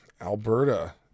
Alberta